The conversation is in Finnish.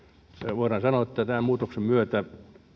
voidaan sanoa että tämän muutoksen myötä